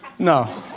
No